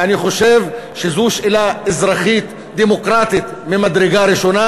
ואני חושב שזו שאלה אזרחית ודמוקרטית ממדרגה ראשונה,